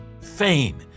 fame